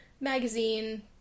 Magazine